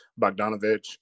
Bogdanovich